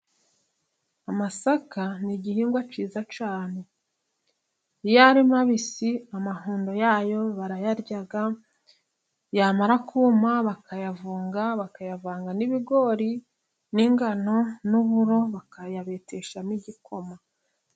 Amasaka ni igihingwa cyiza cyane, iyo ari mabisi amahundo yayo barayarya yamara kuma, bakayavunga bakayavanga n'ibigori n'ingano n'uburo, bakayabetishamo igikoma.